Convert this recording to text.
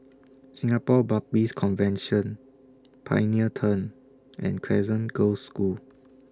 Singapore Baptist Convention Pioneer Turn and Crescent Girls' School